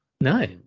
no